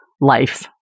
life